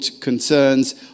concerns